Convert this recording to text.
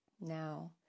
Now